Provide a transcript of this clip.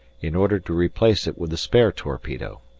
in order to replace it with a spare torpedo,